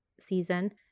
season